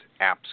apps